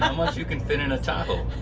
um much you can fit in a tahoe,